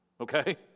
Okay